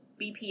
BPS